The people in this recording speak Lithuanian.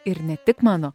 ir ne tik mano